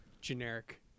generic